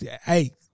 hey